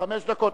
חמש דקות.